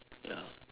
ya